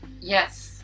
Yes